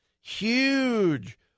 huge